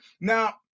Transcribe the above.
now